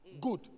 good